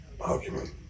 argument